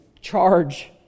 charge